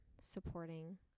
supporting